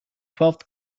twelfth